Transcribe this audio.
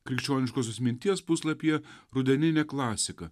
krikščioniškosios minties puslapyje rudeninė klasika